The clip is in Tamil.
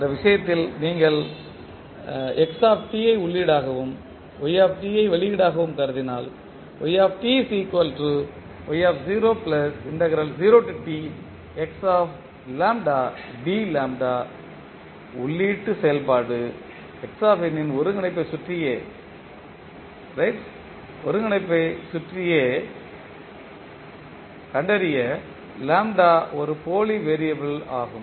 அந்த விஷயத்தில் நீங்கள் x ஐ உள்ளீடாகவும் y ஐ வெளியீடாகவும் கருதினால் உள்ளீட்டு செயல்பாடு x இன் ஒருங்கிணைப்பைக் கண்டறிய ஒரு போலி வெறியபிள் ஆகும்